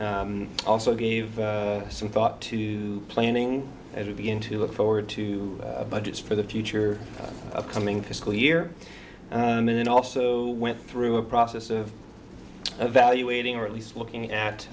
also gave some thought to planning to begin to look forward to budgets for the future coming fiscal year and then also went through a process of evaluating or at least looking at